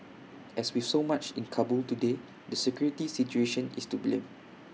as with so much in Kabul today the security situation is to blame